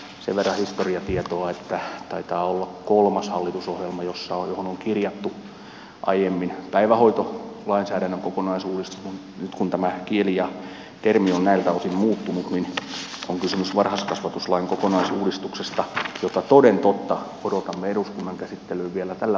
sen verran historiatietoa että taitaa olla kolmas hallitusohjelma johon on kirjattu aiemmin päivähoitolainsäädännön kokonaisuudistus mutta nyt kun tämä kieli ja termi on näiltä osin muuttunut niin on kysymys varhaiskasvatuslain kokonaisuudistuksesta jota toden totta odotamme eduskunnan käsittelyyn vielä tällä vaalikaudella